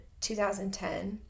2010